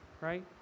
right